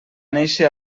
néixer